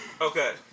Okay